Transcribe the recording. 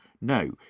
No